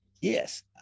yes